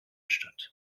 statt